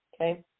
Okay